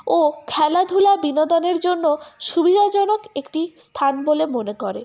ও খেলাধূলা বিনোদনের জন্য সুবিধাজনক একটি স্থান বলে মনে করে